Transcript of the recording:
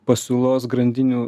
pasiūlos grandinių